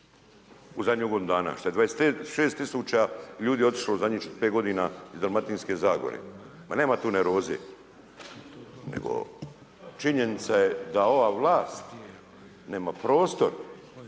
u zadnju godinu dana, šta je 26 000 ljudi u zadnjih 5 g. iz Dalmatinske zagore. Ma nema tu nervoze nego činjenica je da ova vlast nema prostor